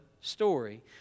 story